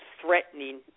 threatening